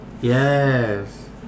Yes